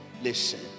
listen